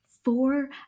four